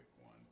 one